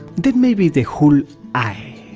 then maybe the whole eye.